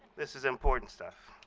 this is important stuff.